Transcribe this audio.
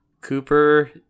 Cooper